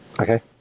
Okay